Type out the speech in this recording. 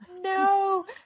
no